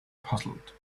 puzzled